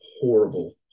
horrible